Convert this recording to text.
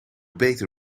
beter